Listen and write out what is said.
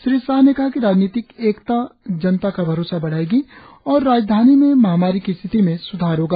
श्री शाह ने कहा कि राजनीतिक एकता जनता का भरोसा बढ़ायेगी और राजधानी में महामारी की स्थिति में सुधार होगा